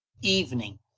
Evening